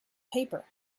paper